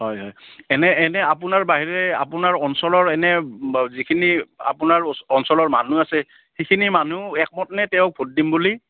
হয় হয় এনে এনে আপোনাৰ বাহিৰে আপোনাৰ অঞ্চলৰ এনে যিখিনি আপোনাৰ অঞ্চলৰ মানুহ আছে সেইখিনি মানুহ একমতনে তেওঁক ভোট দিম বুলি